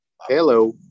Hello